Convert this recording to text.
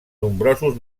nombrosos